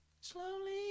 slowly